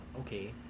okay